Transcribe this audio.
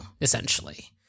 essentially